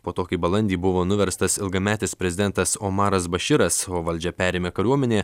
po to kai balandį buvo nuverstas ilgametis prezidentas omaras baširas o valdžią perėmė kariuomenė